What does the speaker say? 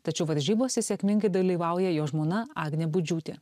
tačiau varžybose sėkmingai dalyvauja jo žmona agnė budžiūtė